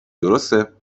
درسته